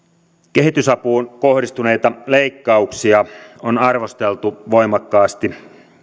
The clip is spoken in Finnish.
kehitysapuun kohdistuneita leikkauksia on arvosteltu voimakkaasti